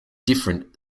different